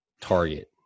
target